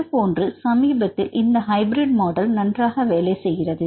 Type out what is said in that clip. இதுபோன்று சமீபத்தில் இந்த ஹைபிரிட் மாடல் நன்றாக வேலை செய்கின்றன